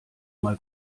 mal